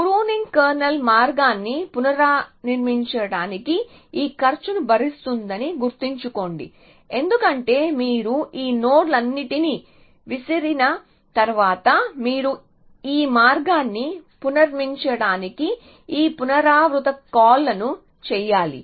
pruning kernel మార్గాన్ని పునర్నిర్మించడానికి ఈ ఖర్చును భరిస్తుందని గుర్తుంచుకోండి ఎందుకంటే మీరు ఈ నోడ్లన్నింటినీ విసిరిన తర్వాత మీరు ఈ మార్గాన్ని పునర్నిర్మించడానికి ఈ పునరావృత కాల్లన్నీ చేయాలి